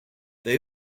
they